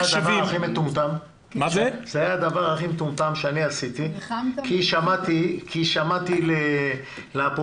הדבר הכי מטומטם שאני עשיתי כי שמעתי לפופוליזם.